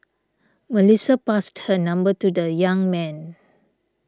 Melissa passed her number to the young man